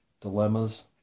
dilemmas